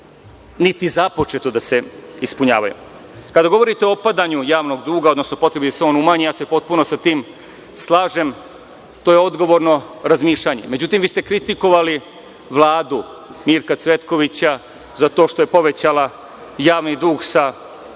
niti je započeto da se ispunjavaju. Kada govorite o opadanju javnog duga, odnosno potrebi da se on umanji, ja se potpuno sa tim slažem. To je odgovorno razmišljanje. Međutim, vi ste kritikovali Vladu Mirka Cvetkovića za to što je povećala javni dug sa 8,78